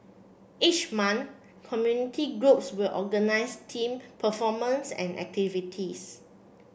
each month community groups will organise themed performances and activities